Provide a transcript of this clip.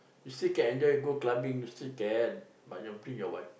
you still can enjoy go clubbing you still can but you bring your wife